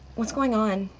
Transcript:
what's going on?